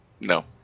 No